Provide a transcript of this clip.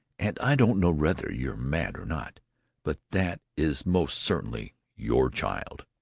and i don't know whether you're mad or not but that is most certainly your child.